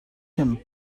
him